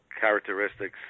characteristics